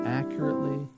accurately